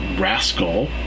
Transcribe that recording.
rascal